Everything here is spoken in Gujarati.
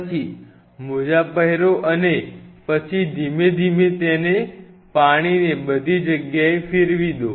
પછી મોજા પહેરો અને પછી ધીમે ધીમે તેને પાણીને બધી જગ્યાએ ફેરવી દો